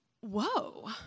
whoa